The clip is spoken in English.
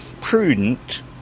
prudent